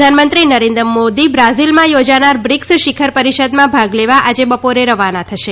પ્રધાનમંત્રી નરેન્દ્ર મોદી બ્રાઝિલમાં યોજાનાર બ્રિકસ શિખર પરિષદમાં ભાગ લેવા આજે બપોરે રવાના થશે